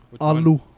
Alu